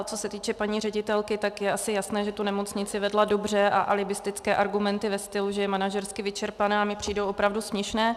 Co se týče paní ředitelky, tak je asi jasné, že tu nemocnici vedla dobře, a alibistické argumenty ve stylu, že je manažersky vyčerpaná, mi přijdou opravdu směšné.